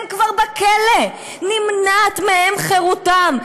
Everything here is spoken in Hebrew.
הם כבר בכלא, נמנעת מהם חירותם.